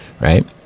right